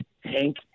Hank